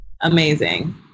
amazing